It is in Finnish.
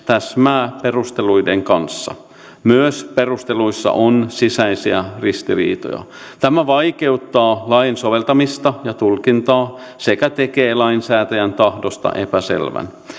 täsmää perusteluiden kanssa myös perusteluissa on sisäisiä ristiriitoja tämä vaikeuttaa lain soveltamista ja tulkintaa sekä tekee lainsäätäjän tahdosta epäselvän